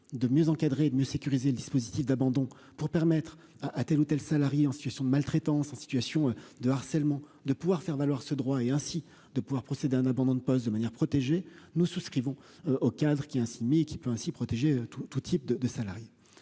de mieux encadrer, de mieux sécuriser le dispositif d'abandon pour permettre à à telle ou telle salariés en situation de maltraitance en situation de harcèlement, de pouvoir faire valoir ce droit et ainsi de pouvoir procéder à un abandon de poste de manière protégé nous souscrivons au Cadre qui est ainsi mis qui peut ainsi protéger tous tous types de de salariés,